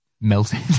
melted